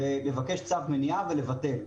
לבקש צו מניעה ולבטל.